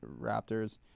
Raptors